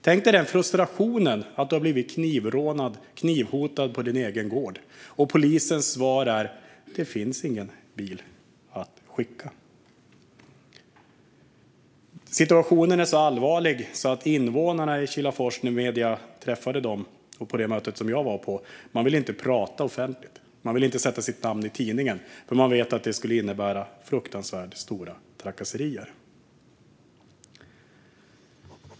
Tänk dig frustrationen att du har blivit knivhotad på din egen gård och att polisens svar är: "Det finns ingen bil att skicka." Situationen är så allvarlig att invånarna i Kilafors inte ville prata offentligt när medierna träffade dem vid det möte som jag var med på. Man vill inte sätta sitt namn i tidningen, för man vet att det skulle innebära fruktansvärt stora trakasserier.